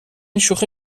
شوخی